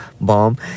bomb